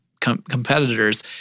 competitors